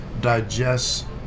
digest